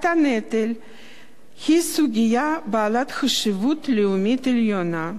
הנטל היא סוגיה בעלת חשיבות לאומית עליונה.